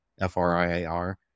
F-R-I-A-R